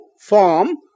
form